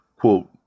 Quote